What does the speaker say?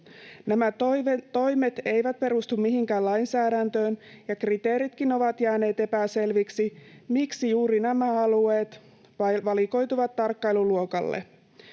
Nämä toimet eivät perustu mihinkään lainsäädäntöön, ja kriteeritkin ovat jääneet epäselviksi, miksi juuri nämä alueet valikoituvat tarkkailuluokalle.